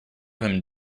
him